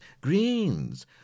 greens